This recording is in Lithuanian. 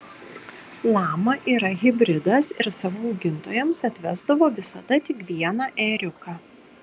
lama yra hibridas ir savo augintojams atvesdavo visada tik vieną ėriuką